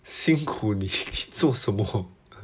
辛苦你你做什么